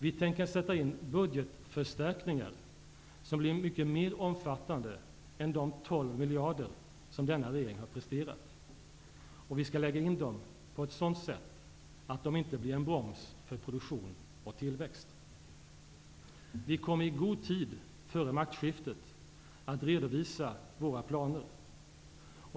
Vi tänker sätta in budgetförstärkningar som blir mycket mer omfattande än de 12 miljarder som denna regering har presterat. Vi skall lägga in dem på ett sådant sätt att de inte blir en broms för produktion och tillväxt. Vi kommer i god tid före maktskiftet att redovisa våra planer.